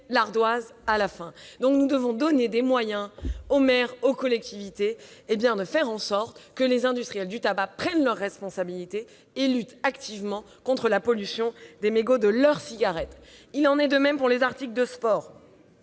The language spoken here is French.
pourquoi il faut donner des moyens aux maires, aux collectivités, et faire en sorte que les industriels du tabac prennent leurs responsabilités et luttent activement contre la pollution causée par les mégots de leurs cigarettes. Il en est de même pour les articles de sport.